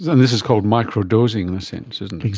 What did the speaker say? and this is called micro-dosing in a sense, isn't like